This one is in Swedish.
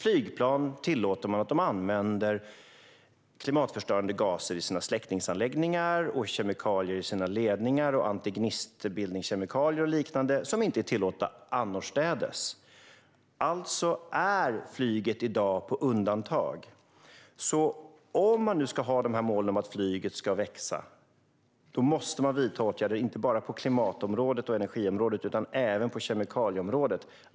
Man tillåter flygplan att använda klimatförstörande gaser i släckningsanläggningarna, kemikalier i ledningar och antignistbildningskemikalier och liknande, vilka inte är tillåtna annorstädes. Flyget har alltså många undantag i dag. Om man ska ha mål om att flyget ska växa måste man vidta åtgärder, inte bara på klimat och energiområdet utan även på kemikalieområdet.